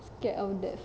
scared of death